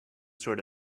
sort